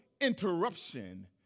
interruption